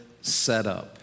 setup